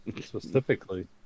specifically